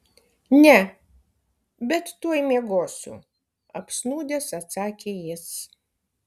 ne bet tuoj miegosiu apsnūdęs atsakė jis